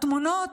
התמונות,